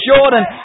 Jordan